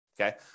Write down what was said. okay